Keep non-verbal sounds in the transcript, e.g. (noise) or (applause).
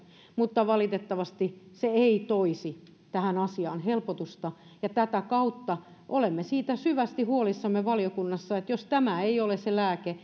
mutta valitettavasti se ei toisi tähän asiaan helpotusta tätä kautta olemme syvästi huolissamme valiokunnassa siitä että jos tämä ei ole se lääke (unintelligible)